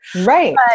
Right